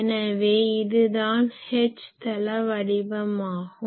எனவே இதுதான் H தள வடிவம் ஆகும்